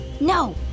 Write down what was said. No